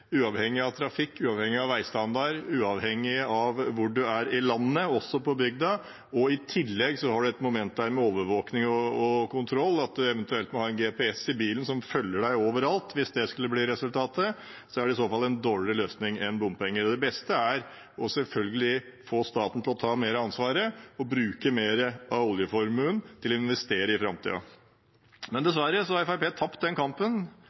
uavhengig av trafikk, uavhengig av veistandard, uavhengig av hvor man er i landet, også på bygda, og i tillegg har man et moment med overvåking og kontroll – at man eventuelt må ha en GPS i bilen som følger en overalt. Hvis det skulle bli resultatet, er det i så fall en dårligere løsning enn bompenger. Det beste er selvfølgelig å få staten til å ta mer av ansvaret og bruke mer av oljeformuen til å investere i framtiden. Men dessverre har Fremskrittspartiet – i hvert fall foreløpig – tapt kampen